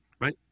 right